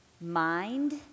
mind